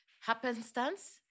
happenstance